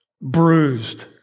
bruised